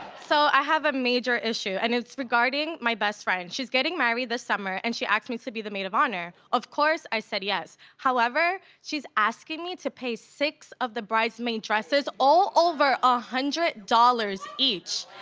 so i have a major issue and it's regarding my best friend. she's getting married this summer and she asked me to be the maid of honor. of course i said yes, however, she's asking me to pay six of the bridesmaid dresses all over one ah hundred dollars each.